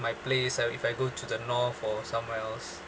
my place and if I go to the north or somewhere else